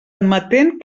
admetent